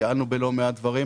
התייעלנו בלא מעט דברים,